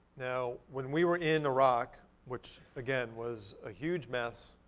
now, when we were in iraq, which, again, was a huge mess,